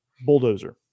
bulldozer